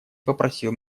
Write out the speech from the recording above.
попросил